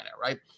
right